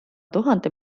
tuhande